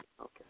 Okay